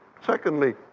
Secondly